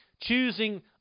Choosing